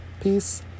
peace